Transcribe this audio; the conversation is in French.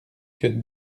que